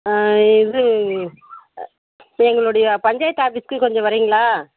இது எங்களோடைய பஞ்சாயத்து ஆஃபீஸ்க்கு கொஞ்சம் வரீங்களா